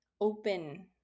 open